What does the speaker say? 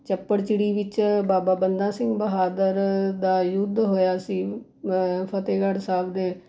ਚੱਪੜ ਚਿੜੀ ਵਿੱਚ ਬਾਬਾ ਬੰਦਾ ਸਿੰਘ ਬਹਾਦਰ ਦਾ ਯੁੱਧ ਹੋਇਆ ਸੀ ਫਤਿਹਗੜ੍ਹ ਸਾਹਿਬ ਦੇ